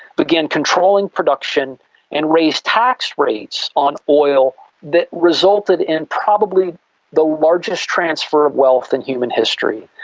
begin controlling production and raised tax rates on oil that resulted in probably the largest transfer of wealth in human history.